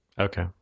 Okay